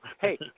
Hey